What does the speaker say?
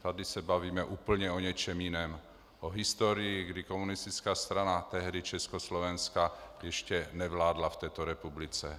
Tady se bavíme úplně o něčem jiném o historii, kdy komunistická strana tehdy Československa ještě nevládla v této republice.